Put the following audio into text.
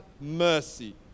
mercy